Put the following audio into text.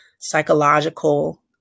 psychological